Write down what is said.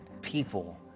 people